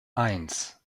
eins